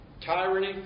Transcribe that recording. tyranny